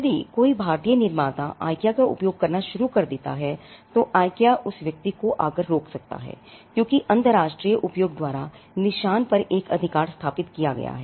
यदि कोई भारतीय निर्माता IKEA का उपयोग करना शुरू कर देता है तो IKEA उस व्यक्ति को आकर रोक सकता है क्योंकि अंतरराष्ट्रीय उपयोग द्वारा निशान पर एक अधिकार स्थापित किया गया है